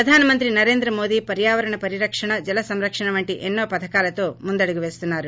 ప్రధాన మంత్రి నరేంద్ర మోదీ పర్వావరణ పరిరక్షణ జల సంరక్షణ వంటి ఎన్నో పథకాలతో ముందడుగు వేస్తున్నారు